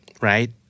right